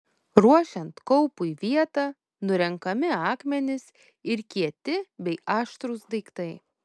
ruošiant kaupui vietą nurenkami akmenys ir kieti bei aštrūs daiktai